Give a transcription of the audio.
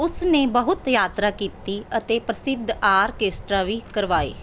ਉਸ ਨੇ ਬਹੁਤ ਯਾਤਰਾ ਕੀਤੀ ਅਤੇ ਪ੍ਰਸਿੱਧ ਆਰਕੈਸਟਰਾ ਵੀ ਕਰਵਾਏ